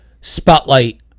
spotlight